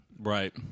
Right